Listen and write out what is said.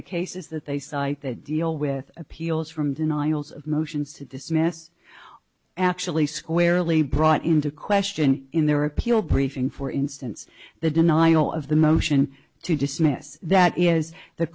the cases that they cite they deal with appeals from denials of motions to dismiss actually squarely brought into question in their appeal briefing for instance the denial of the motion to dismiss that is the